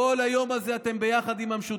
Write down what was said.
כל היום הזה אתם עם המשותפת,